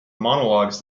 monologues